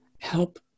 help